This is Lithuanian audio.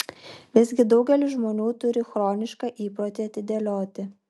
visgi daugelis žmonių turį chronišką įprotį atidėlioti